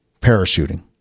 parachuting